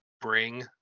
bring